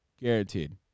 Guaranteed